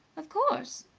of course!